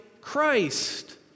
Christ